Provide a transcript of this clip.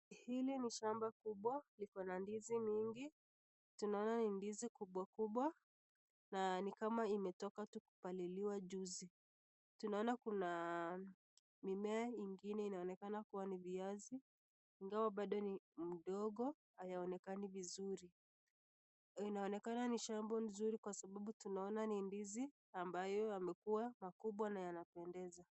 Hili ni shamba kubwa liko na ndizi mingi, tunaona ndizi kubwa kubwa na ni kama imetoka tu kubaliliwa juzi. Tunaona kuna mimmea ingine inaonekana kuwa ni viazi ingawa bado mdogo haionekani vizuri. Inaonekana ni shamba nzuri kwa sababu tunaona ni ndizi ambayo yamekuwa na yanapendeza.